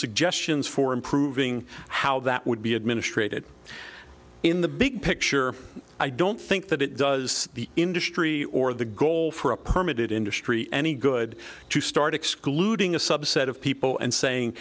suggestions for improving how that would be administrated in the big picture i don't think that it does the industry or the goal for a permit it industry any good to start excluding a subset of people and saying